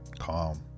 calm